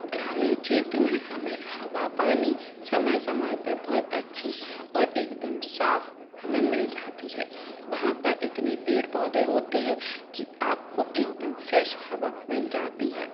ग्रामीण क्षेत्र में हमें हवा पानी समय समय पर बहुत अच्छी और एक दम साफ़ हमें मिल जाती है वहाँ पर इतने पेड़ पौधे होते हैं कि आप को एक दम फ्रेश हवा मिल जाती है